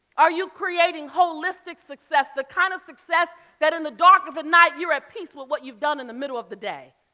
are you creating holistic success, the kind of success that in the dark of the night you're at peace with what you've done in the middle of the day?